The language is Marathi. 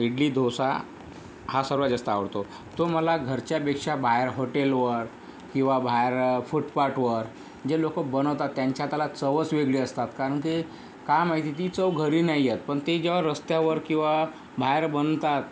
इडली दोसा हा सर्वात जास्त आवडतो तो मला घरच्यापेक्षा बाहेर हॉटेलवर किंवा बाहेर फुटपाटवर जे लोक बनवतात त्यांच्या हाताला चवच वेगळी असतात कारण की का माहिती ती चव घरी नाही येत पण ते जेव्हा रस्त्यावर किंवा बाहेर बनवतात